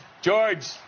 George